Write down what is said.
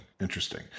Interesting